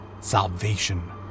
Salvation